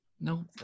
No